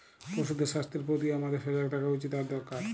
পশুদের স্বাস্থ্যের প্রতিও হামাদের সজাগ থাকা উচিত আর দরকার